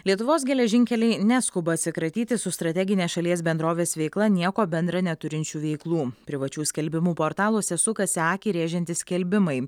lietuvos geležinkeliai neskuba atsikratyti su strategine šalies bendrovės veikla nieko bendra neturinčių veiklų privačių skelbimų portaluose sukasi akį rėžiantys skelbimai